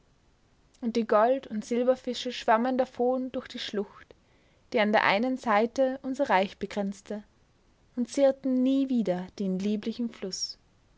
und die goldund silberfische schwammen davon durch die schlucht die an der einen seite unser reich begrenzte und zierten nie wieder den lieblichen fluß